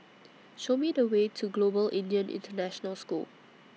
Show Me The Way to Global Indian International School